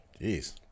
Jeez